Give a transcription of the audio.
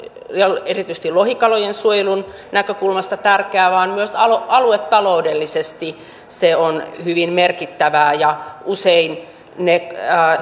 ja erityisesti lohikalojen suojelun näkökulmasta tärkeää vaan myös aluetaloudellisesti se on hyvin merkittävää usein ne